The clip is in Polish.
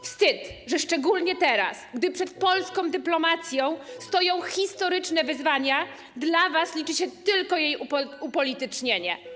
Wstyd, że szczególnie teraz, gdy przed polską dyplomacją stoją historyczne wyzwania, dla was liczy się tylko jej upolitycznienie.